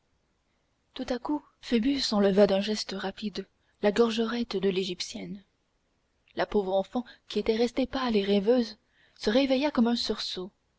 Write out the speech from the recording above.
tout à coup phoebus enleva d'un geste rapide la gorgerette de l'égyptienne la pauvre enfant qui était restée pâle et rêveuse se réveilla comme en sursaut